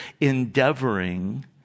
endeavoring